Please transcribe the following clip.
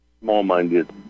small-minded